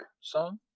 Song